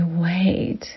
wait